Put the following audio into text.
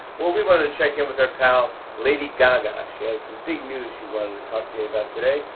well, we wanted to check in with our pal, lady gaga. she has some big news she wanted to talk to me about today.